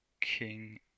King